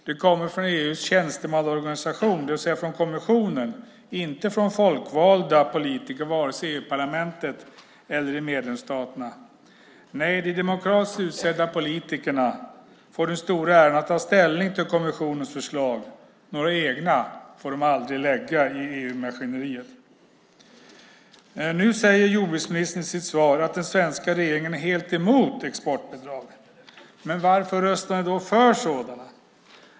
De kommer från EU:s tjänstemannaorganisation, det vill säga från kommissionen, och inte från folkvalda politiker vare sig i EU-parlamentet eller i medlemsstaterna. Nej, de demokratiskt utsedda politikerna får den stora äran att ta ställning till kommissionens förslag. Några egna får de aldrig lägga fram i EU-maskineriet. Nu säger jordbruksministern i sitt svar att den svenska regeringen är helt emot exportbidragen. Men varför röstar ni då för sådana?